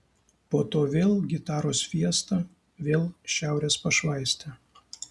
po to vėl gitaros fiesta vėl šiaurės pašvaistė